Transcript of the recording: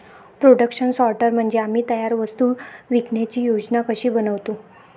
production सॉर्टर म्हणजे आम्ही तयार वस्तू विकण्याची योजना कशी बनवतो